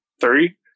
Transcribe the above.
Three